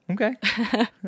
okay